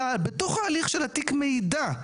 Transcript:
בתוך ההליך של תיק המידע,